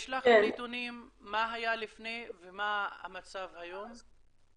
יש לך נתונים מה היה לפני ומה המצב היום?